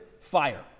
fire